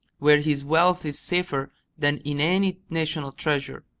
where his wealth is safer than in any national treasury.